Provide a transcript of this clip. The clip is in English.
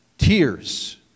Tears